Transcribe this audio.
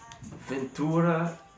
Ventura